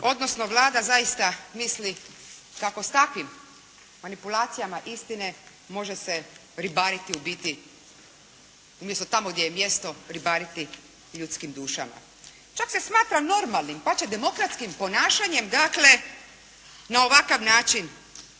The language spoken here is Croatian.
odnosno Vlada zaista misli kako s takvim manipulacijama istine može se ribariti u biti umjesto tamo gdje je mjesto ribariti ljudskim dušama. Čak se smatra normalnim, pače demokratskim ponašanjem dakle na ovakav način